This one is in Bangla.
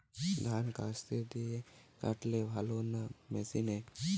ধান কাস্তে দিয়ে কাটলে ভালো না মেশিনে?